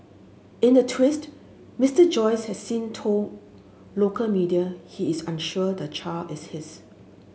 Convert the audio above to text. in a twist Mister Joyce has since told local media he is unsure the child is his